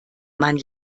man